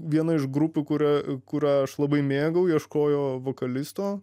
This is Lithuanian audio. viena iš grupių kurią kurią aš labai mėgau ieškojo vokalisto